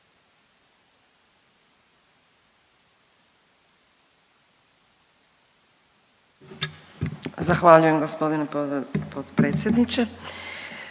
Zahvaljujem gospodine potpredsjedniče.